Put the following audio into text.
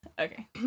Okay